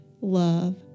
love